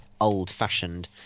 old-fashioned